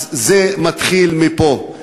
אז זה מתחיל מפה.